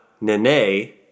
Nene